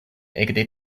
ekde